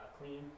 clean